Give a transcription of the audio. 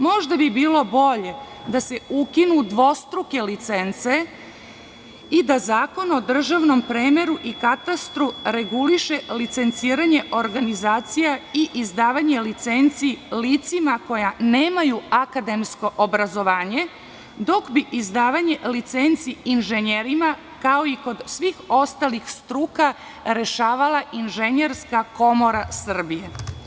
Možda bi bilo bolje da se ukinu dvostruke licence i da Zakon o državnom premeru i katastru reguliše licenciranje organizacija i izdavanje licenci licima koja nemaju akademsko obrazovanje, dok bi izdavanje licenci inženjerima, kao i kod svih ostalih struka, rešavala Inženjerska komora Srbije.